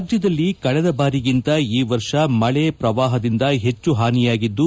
ರಾಜ್ಯದಲ್ಲಿ ಕಳೆದ ಬಾರಿಗಿಂತ ಈ ವರ್ಷ ಮಳೆ ಪ್ರವಾಹದಿಂದ ಹೆಚ್ಚು ಹಾನಿಯಾಗಿದ್ದು